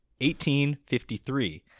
1853